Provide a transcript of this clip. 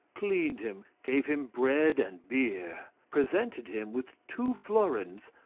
cleaned him, gave him bread and beer, presented him with two florins,